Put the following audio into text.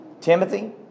Timothy